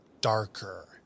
darker